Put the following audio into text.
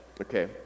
Okay